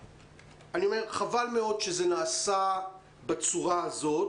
חבל מאוד שזה נעשה בצורה זו,